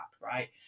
right